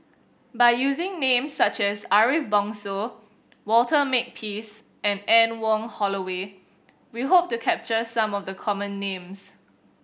by using names such as Ariff Bongso Walter Makepeace and Anne Wong Holloway we hope to capture some of the common names